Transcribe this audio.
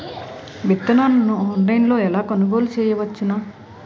విత్తనాలను ఆన్లైన్లో ఎలా కొనుగోలు చేయవచ్చున?